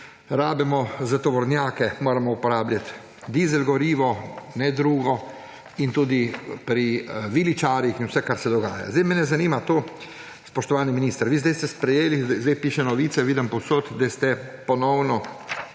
rabimo, za tovornjake moramo uporabljati dizel gorivo ne drugega, in tudi pri viličarjih in vsem, kar se dogaja. Mene zanima to, spoštovani minister. Zdaj ste sprejeli, piše, novice vidim povsod, da ste na